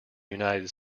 united